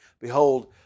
behold